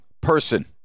person